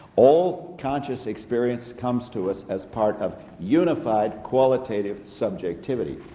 all conscious experience comes to us as part of unified, qualitative subjectivity.